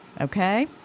Okay